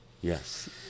Yes